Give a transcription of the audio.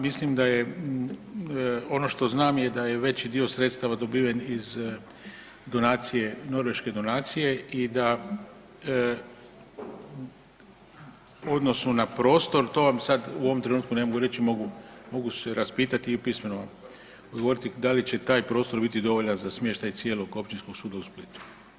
Mislim da ono što znam je da je veći dio sredstava dobiven iz donacije norveške donacije i da u odnosu na prostor, to vam sad u ovom trenutku ne mogu reći, mogu, mogu se raspitati i pismeno vam odgovoriti da li će taj prostor biti dovoljan za smještaj cijelog Općinskog suda u Splitu.